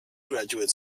graduate